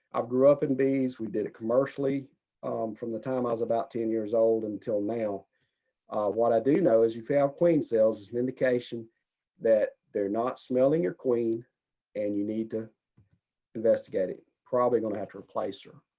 um grew up in bees. we did a commercially from the time i was about ten years old, until now. jeff pippin what i do know is you have queen cells is an indication that they're not smelling your queen and you need to investigate. probably gonna have to replace her.